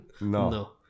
No